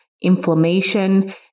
inflammation